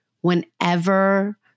whenever